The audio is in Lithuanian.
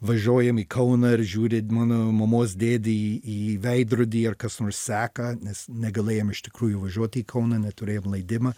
važiuojam į kauną ir žiūri mano mamos dėdė į į veidrodį ar kas nors seka nes negalėjom iš tikrųjų važiuot į kauną neturėjom leidimą